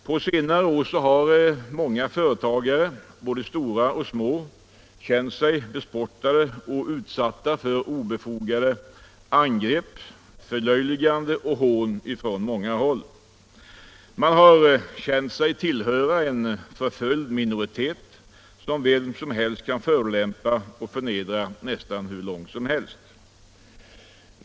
På senare år har många företagare, både stora och små, känt sig bespottade och utsatta för obefogade angrepp, förlöjligande och hån från många håll. Man har känt sig tillhöra en förföljd minoritet, som vem som helst kunnat förolämpa och förnedra nästan hur mycket som helst.